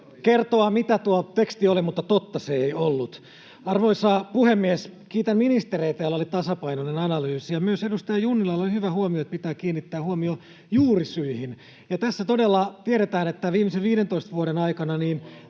kertoa, mitä tuo teksti oli, mutta totta se ei ollut. Arvoisa puhemies! Kiitän ministereitä, joilla oli tasapainoinen analyysi, ja myös edustaja Junnilalla oli hyvä huomio, että pitää kiinnittää huomio juurisyihin. Ja tässä todella tiedetään, että viimeisen 15 vuoden aikana